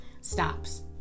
stops